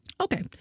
Okay